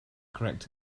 correct